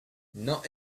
not